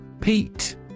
Pete